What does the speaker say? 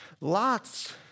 lots